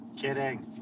Kidding